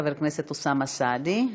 חבר הכנסת אוסאמה סעדי.